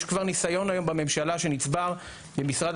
יש כבר ניסיון היום בממשלה שנצבר במשרד